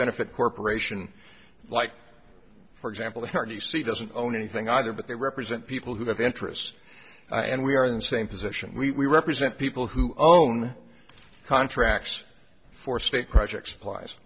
benefit corporation like for example the r t c doesn't own anything either but they represent people who have interests and we are in the same position we represent people who own contracts for state projects plies